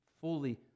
fully